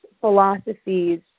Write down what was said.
philosophies